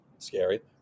scary